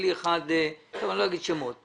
ואני לא אומר שמות,